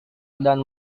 dan